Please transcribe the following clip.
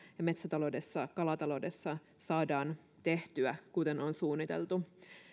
ja metsätaloudessa kalataloudessa saadaan tehtyä kuten on suunniteltu